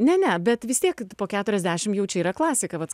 ne ne bet vis tiek po keturiasdešim jau čia yra klasika vat